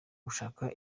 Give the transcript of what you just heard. gushaka